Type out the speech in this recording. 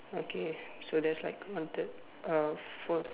okay so that's like one third uh fourth